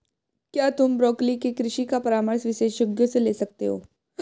क्या तुम ब्रोकोली के कृषि का परामर्श विशेषज्ञों से ले सकते हो?